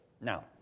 Now